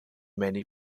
many